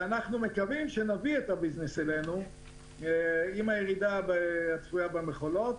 ואנחנו מקווים שנביא את הביזנס אלינו עם הירידה הצפויה במכולות.